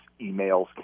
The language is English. emails